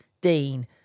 dean